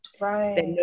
Right